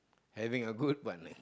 having a good partner